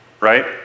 Right